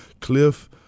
Cliff